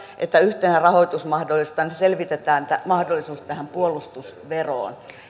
että yhtenä rahoitusmahdollisuutena selvitetään mahdollisuus tähän puolustusveroon